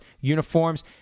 uniforms